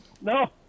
No